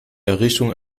errichtung